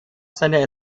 seine